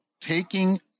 taking